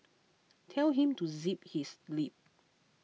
tell him to zip his lip